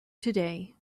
today